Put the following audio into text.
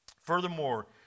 Furthermore